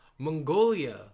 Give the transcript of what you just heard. mongolia